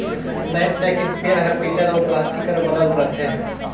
knapsack spare हर पीतल अउ प्लास्टिक कर बनल रथे